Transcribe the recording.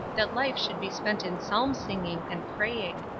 that life should be spent in psalm-singing and praying.